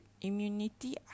immunity